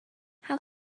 how